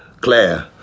Claire